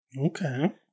Okay